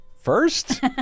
first